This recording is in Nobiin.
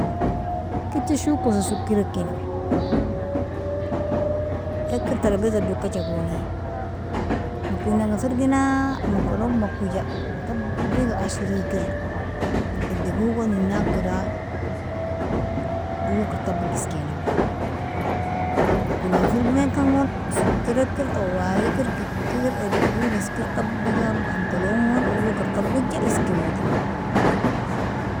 Kit shokosa soker ikainami, iker tarabizado okijagoni makunaga firgina makualog makuja tabiga ashriker idegogon inakera owoker tabig iskinami, makuna firgiminkan gon soker iker twali ker kikikr idego isker tabiga banalongon owoker tabigja iskorojnami.